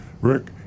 Rick